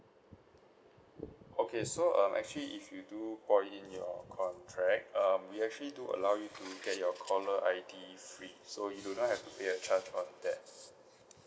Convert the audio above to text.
okay so um actually if you do port in your contract um we actually do allow you to get your caller I_D free so you do not have to pay a charge on that